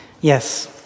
Yes